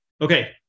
okay